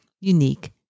unique